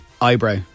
Eyebrow